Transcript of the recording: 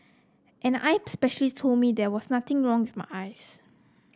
an eye specialist told me there was nothing wrong with my eyes